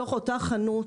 בתוך אותה חנות,